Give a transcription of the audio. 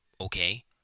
Okay